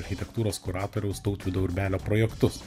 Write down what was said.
architektūros kuratoriaus tautvydo urbelio projektus